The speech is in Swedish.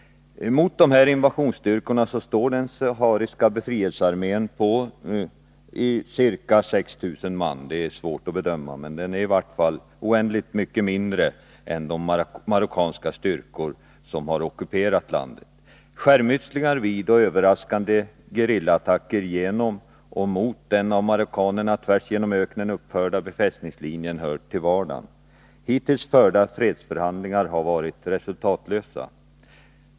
Mot invasionsstyrkorna står den sahariska befrielsearmén på ca 6 000 man — det är svårt att bedöma, men den är i vart fall oerhört mycket mindre än de marockanska styrkor som har ockuperat landet. Skärmytslingar vid och överraskande gerillaattacker genom och mot den av marockanerna tvärs genom öknen uppförda befästningslinjen hör till vardagen. Hittills förda fredsförhandlingar har varit resultatlösa.